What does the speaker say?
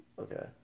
Okay